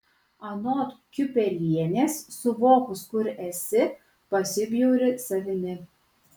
anot kiupelienės suvokus kur esi pasibjauri savimi